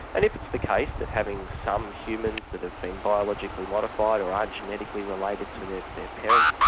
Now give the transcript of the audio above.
and if it's the case that having some humans that have been biologically modified or are genetically related to their their parents,